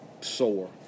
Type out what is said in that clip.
sore